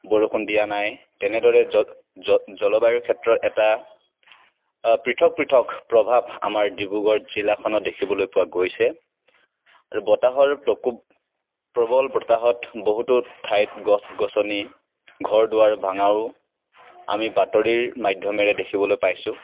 বৰষুণ দিয়া নাই তেনেদৰে জ জ জলবায়ুৰ ক্ষেত্ৰত এটা পৃথক পৃথক প্ৰভাৱ আমাৰ ডিব্ৰুগড় জিলাখনত দেখিবলৈ পোৱা গৈছে আৰু বতাহৰ প্ৰকোপ প্ৰবল বতাহত বহুতো ঠাইত গছ গছনি ঘৰ দোৱাৰ ভাঙাও আমি বাতৰিৰ মাধ্যমেৰে দেখিবলৈ পাইছোঁ